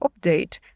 update